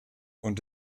und